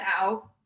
out